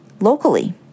locally